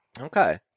Okay